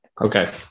Okay